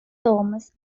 thomas